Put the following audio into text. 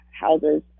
houses